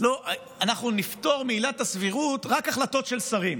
אנחנו נפטור מעילת הסבירות רק החלטות של שרים.